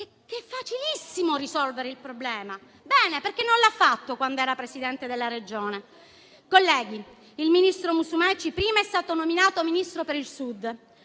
che è facilissimo risolvere il problema. Bene: perché non l'ha fatto quando era Presidente della Regione? Colleghi, il ministro Musumeci prima è stato nominato Ministro per il Sud,